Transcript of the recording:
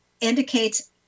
indicates